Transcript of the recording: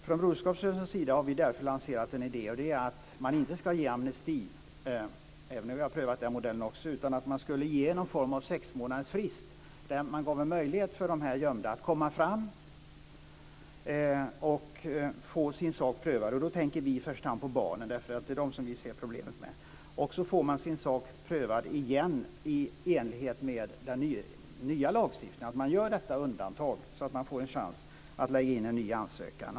Från Broderskapsrörelsens sida har vi därför lanserat en idé, och det är att man inte ska ge amnesti - även om vi har prövat den modellen också - utan att man ska ge en form av sexmånadersfrist och ge de gömda möjlighet att komma fram och få sin sak prövad. Vi tänker i första hand på barnen, därför att det är med dem som vi ser problemet. De kan då få sin sak prövad igen i enlighet med den nya lagstiftningen. Man gör alltså detta undantag så att de får chansen att lägga in en ny ansökan.